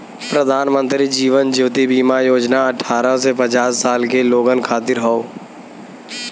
प्रधानमंत्री जीवन ज्योति बीमा योजना अठ्ठारह से पचास साल के लोगन खातिर हौ